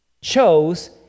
chose